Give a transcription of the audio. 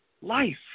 life